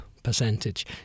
percentage